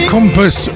Compass